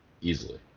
easily